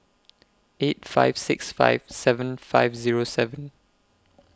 eight five six five seven five Zero seven